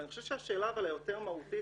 אבל אני חושב שהשאלה היותר מהותית,